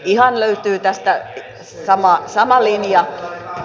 ihan löytyy tästä sama linja